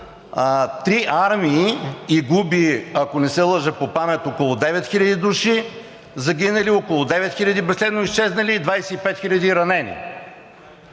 три армии и губи – ако не се лъжа, по памет – около 9000 души загинали, около 9000 безследно изчезнали и 25 000 ранени.